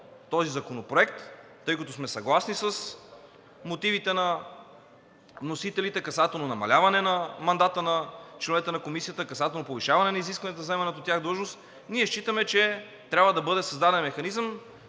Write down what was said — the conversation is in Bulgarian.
Законопроекта, тъй като сме съгласни с мотивите на вносителите касателно намаляване на мандата на членовете на Комисията, касателно повишаване на изискванията за заемане на заеманата от тях длъжност, ние считаме, че трябва да бъде създаден механизъм,